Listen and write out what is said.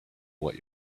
what